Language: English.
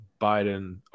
Biden